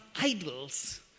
idols